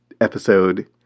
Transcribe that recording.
episode